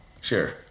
sure